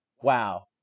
wow